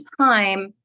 time